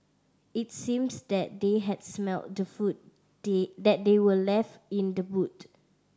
it seems that they had smelt the food they that they were left in the boot